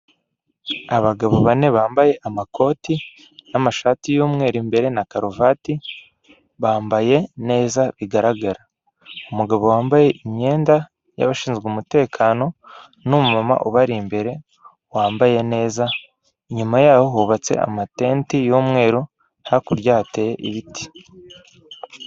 Abagabo bane bambaye amakoti n'amashati y'umweru imbere na karuvati, bambaye neza bigaragara. Umugabo wambaye imyenda y'abashinzwe umutekano n'umumama ubari imbere wambaye neza, inyuma yaho hubatse amatenti y'umweru hakurya hateye ibiti.